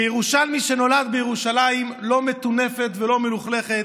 כירושלמי שנולד בירושלים לא מטונפת ולא מלוכלכת,